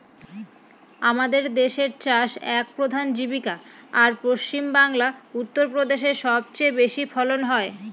আমাদের দেশের চাষ এক প্রধান জীবিকা, আর পশ্চিমবাংলা, উত্তর প্রদেশে সব চেয়ে বেশি ফলন হয়